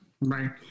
Right